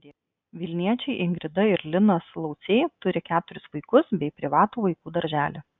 vilniečiai ingrida ir linas lauciai turi keturis vaikus bei privatų vaikų darželį